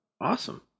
awesome